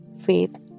faith